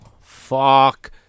Fuck